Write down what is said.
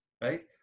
right